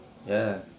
ya